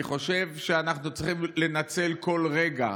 אני חושב שאנחנו צריכים לנצל כל רגע,